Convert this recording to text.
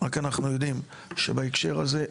רק אנחנו יודעים שבהקשר הזה,